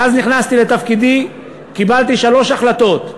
מאז נכנסתי לתפקידי קיבלתי שלוש החלטות.